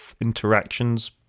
interactions